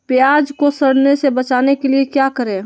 प्याज को सड़ने से बचाने के लिए क्या करें?